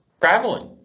traveling